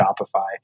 Shopify